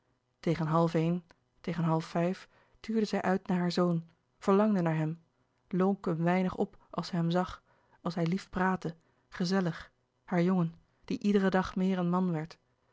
tegen half een tegen half vijf tuurde zij uit naar haar zoon verlangde naar hem look een weinig op als zij hem zag als hij lief praatte gezellig haar jongen die iederen dag meer een man werd